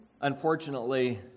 unfortunately